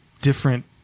different